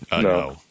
No